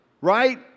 right